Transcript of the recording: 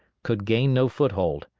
could gain no foothold.